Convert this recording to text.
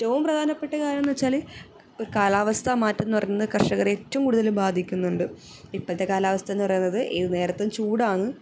ഏറ്റവും പ്രധാനപ്പെട്ട കാര്യമെന്ന് വെച്ചാൽ കാലാവസ്ഥ മാറ്റമെന്ന് പറയുന്ന കർഷകർ ഏറ്റവും കൂടുതൽ ബാധിക്കുന്നുണ്ട് ഇപ്പോഴത്തെ കാലാവസ്ഥയെന്ന് പറയുന്നത് ഏത് നേരത്തും ചൂടാണ്